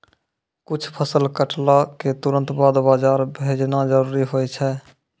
कुछ फसल कटला क तुरंत बाद बाजार भेजना जरूरी होय छै